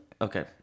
okay